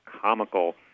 comical